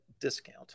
discount